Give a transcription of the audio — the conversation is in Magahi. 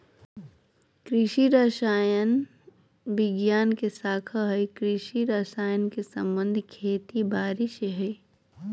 कृषि रसायन रसायन विज्ञान के शाखा हई कृषि रसायन के संबंध खेती बारी से हई